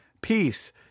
peace